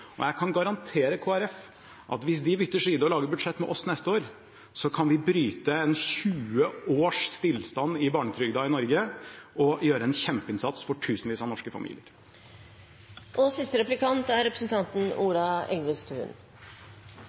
Og jeg kan garantere Kristelig Folkeparti at hvis de bytter side og lager budsjett med oss neste år, kan vi bryte en 20 års stillstand i barnetrygden i Norge og gjøre en kjempeinnsats for tusenvis av norske familier. Representanten hadde en tirade mot klimadelen i budsjettforliket. Det jeg lurer på, er